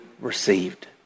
received